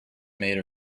made